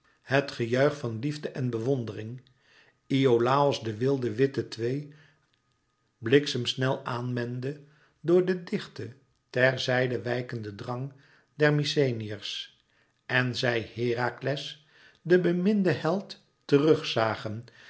het gejuich van liefde en bewondering iolàos de wilde witte twee bliksemsnel aan mende door den dichten ter zijde wijkenden drang der mykenæërs en zij herakles den beminden held terug zagen